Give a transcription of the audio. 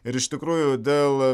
ir iš tikrųjų dėl